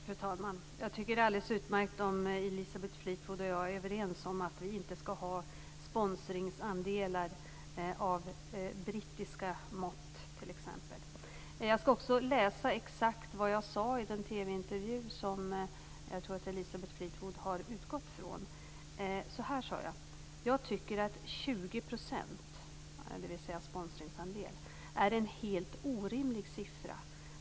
Fru talman! Jag tycker att det är alldeles utmärkt om Elisabeth Fleetwood och jag är överens om att vi inte skall ha sponsringsandelar av brittiska mått. Jag skall också läsa exakt vad jag sade i den TV intervju som jag tror att Elisabeht Fleetwood har utgått från. Så här sade jag: Jag tycker att 20 %- dvs. som sponsringsandel - är en helt orimlig siffra.